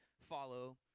follow